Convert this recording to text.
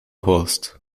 horst